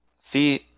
See